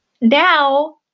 now